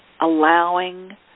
allowing